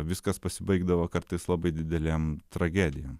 viskas pasibaigdavo kartais labai didelėm tragedijom